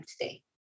today